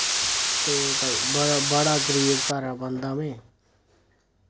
ते भाई बड़ा बड़ा गरीब घरा बंदा आमीं